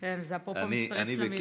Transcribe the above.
זה אפרופו, אני מצטרפת למילים שלך.